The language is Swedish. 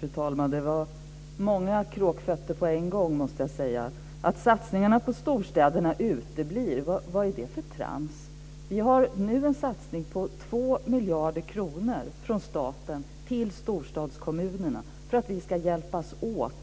Fru talman! Jag måste säga att det var många kråkfötter på en gång. Lennart Hedquist säger att satsningarna på storstäderna uteblir. Vad är det för trams? Vi har nu en satsning på 2 miljarder kronor från staten till storstadskommunerna för att vi ska hjälpas åt